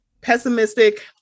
pessimistic